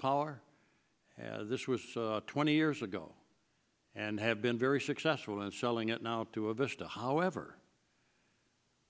power this was twenty years ago and been very successful at selling it now to a vista however